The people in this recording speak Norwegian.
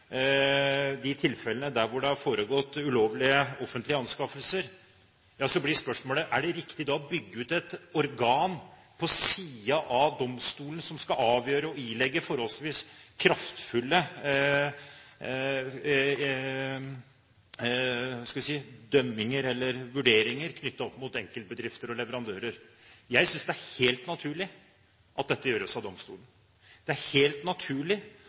de tilfellene der hvor det har foregått ulovlige offentlige anskaffelser, blir spørsmålet: Er det riktig da å bygge ut et organ på siden av domstolen som skal avgjøre og ilegge forholdsvis kraftfulle vurderinger knyttet opp mot enkeltbedrifter og leverandører? Jeg synes det er helt naturlig at dette gjøres av domstolen. Det er helt naturlig